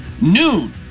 noon